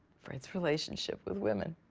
fred's relationship with women.